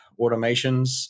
automations